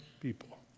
people